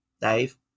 Dave